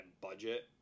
budget